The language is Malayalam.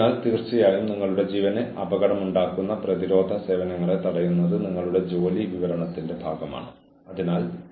ഒരു അച്ചടക്ക തീരുമാനം എടുക്കുന്നതിന് മുമ്പ് മാനവ വിഭവശേഷി വിദഗ്ധരുമായി കൂടിയാലോചിച്ച് ചില ഫീഡ്ബാക്ക് നേടുക